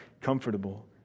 comfortable